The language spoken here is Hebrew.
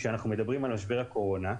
כשאנחנו מדברים על משבר הקורונה,